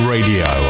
Radio